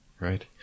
Right